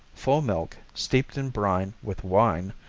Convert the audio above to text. full milk, steeped in brine with wine,